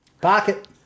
Pocket